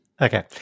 okay